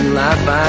life